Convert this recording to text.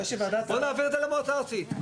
בוא נפנה את זה למועצה הארצית.